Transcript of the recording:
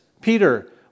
Peter